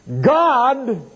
God